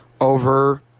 over